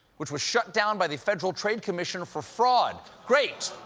which was shut down by the federal trade commission for fraud. great!